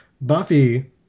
Buffy